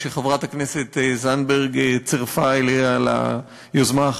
אני רוצה לברך את חברת הכנסת תמי זנדברג על העבודה ועל